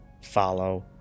follow